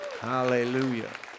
Hallelujah